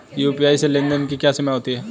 UPI में लेन देन की क्या सीमा होती है?